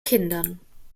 kindern